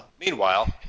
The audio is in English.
Meanwhile